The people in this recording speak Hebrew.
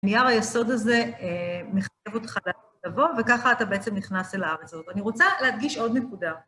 בנייר היסוד הזה מחייב אותך לבוא, וככה אתה בעצם נכנס אל הארץ הזאת. אני רוצה להדגיש עוד נקודה.